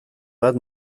bat